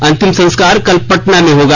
अंतिम संस्कार कल पटना में होगा